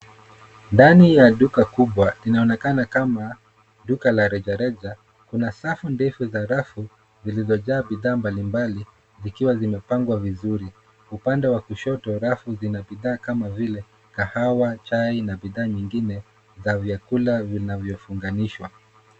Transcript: Ndani ya duka kubwa, inaonekana kama duka la rejareja, kuna safu ndefu za rafu zilizojaa bidhaa mbalimbali zikiwa zimepangwa vizuri. Upande wa kushoto, rafu zina bidhaa kama vile kahawa, chai na bidhaa nyingine za vyakula vinavyounganishwa.